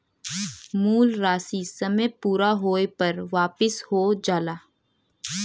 मूल राशी समय पूरा होये पर वापिस हो जाला